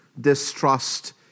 distrust